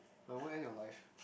I won't end your life